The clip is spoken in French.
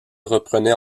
reprenait